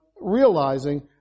realizing